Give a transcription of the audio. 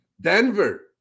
Denver